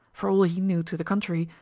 for all he knew to the contrary,